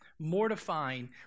mortifying